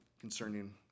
Concerning